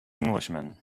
englishman